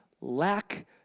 lack